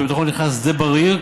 שבתוכו נכלל שדה בריר,